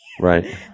Right